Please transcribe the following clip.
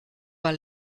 war